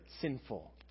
sinful